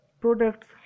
products